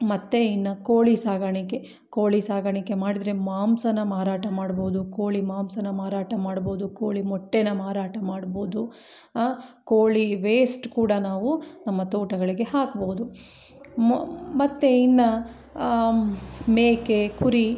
ಮತ್ತು ಇನ್ನು ಕೋಳಿ ಸಾಕಾಣಿಕೆ ಕೋಳಿ ಸಾಕಾಣಿಕೆ ಮಾಡಿದರೆ ಮಾಂಸ ಮಾರಾಟ ಮಾಡ್ಬೌದು ಕೋಳಿ ಮಾಂಸ ಮಾರಾಟ ಮಾಡ್ಬೌದು ಕೋಳಿ ಮೊಟ್ಟೆ ಮಾರಾಟ ಮಾಡ್ಬೌದು ಆ ಕೋಳಿ ವೇಸ್ಟ್ ಕೂಡ ನಾವು ನಮ್ಮ ತೋಟಗಳಿಗೆ ಹಾಕ್ಬೌದು ಮತ್ತು ಇನ್ನು ಮೇಕೆ ಕುರಿ